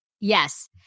Yes